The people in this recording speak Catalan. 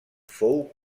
fou